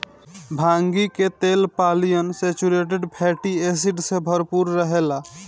भांगी के तेल पालियन सैचुरेटेड फैटी एसिड से भरपूर रहेला